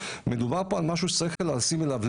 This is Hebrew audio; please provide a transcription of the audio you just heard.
מדובר פה על משהו שצריך לשים לב אליו,